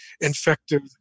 infective